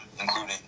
including